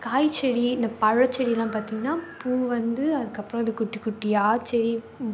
காய்செடி இந்த பழச்செடிலாம் பார்த்திங்கனா பூ வந்து அதுக்கப்புறம் அது குட்டி குட்டியாக செடி